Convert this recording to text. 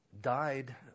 died